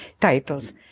titles